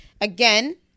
Again